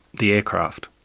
the aircraft.